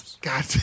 God